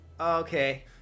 Okay